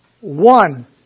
one